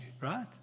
right